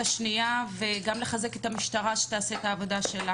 השנייה ולחזק את המשטרה שתעשה את עבודתה,